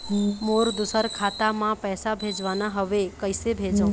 मोर दुसर खाता मा पैसा भेजवाना हवे, कइसे भेजों?